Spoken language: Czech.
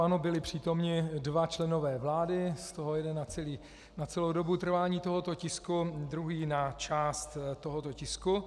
Ano, byli přítomni dva členové vlády, z toho jeden na celou dobu trvání tohoto tisku, druhý na část tohoto tisku.